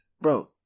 Bro